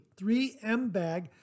3MBAG